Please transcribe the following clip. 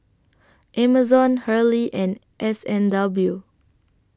Amazon Hurley and S and W